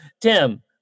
Tim